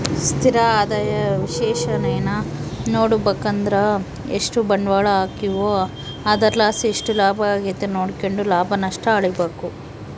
ಸ್ಥಿರ ಆದಾಯ ವಿಶ್ಲೇಷಣೇನಾ ನೋಡುಬಕಂದ್ರ ಎಷ್ಟು ಬಂಡ್ವಾಳ ಹಾಕೀವೋ ಅದರ್ಲಾಸಿ ಎಷ್ಟು ಲಾಭ ಆಗೆತೆ ನೋಡ್ಕೆಂಡು ಲಾಭ ನಷ್ಟ ಅಳಿಬಕು